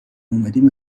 اومدیم